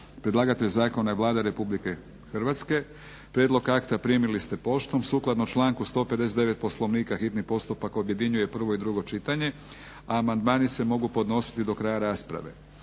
Predlagatelj zakona je Vlada Republike Hrvatske. Prijedlog akta primili ste poštom. Sukladno članku 159. Poslovnika hitni postupak objedinjuje prvo i drugo čitanje. Amandmani se mogu podnositi do kraja rasprave.